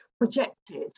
projected